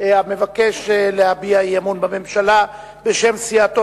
המבקש להביע אי-אמון בממשלה בשם סיעתו,